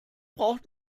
braucht